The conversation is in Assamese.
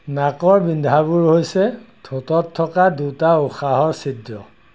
নাকৰ বিন্ধাবোৰ হৈছে ঠোঁটত থকা দুটা উশাহৰ ছিদ্ৰ